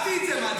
צעקתי את זה, מה?